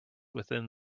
within